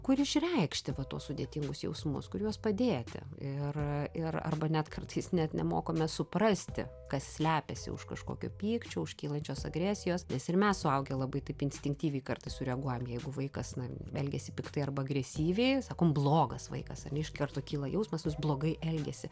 kur išreikšti va tuos sudėtingus jausmus kur juos padėti ir ir arba net kartais net nemokome suprasti kas slepiasi už kažkokio pykčio už kylančios agresijos nes ir mes suaugę labai taip instinktyviai kartais sureaguojam jeigu vaikas na elgiasi piktai arba agresyviai sakom blogas vaikas ne iš karto kyla jausmas jis blogai elgiasi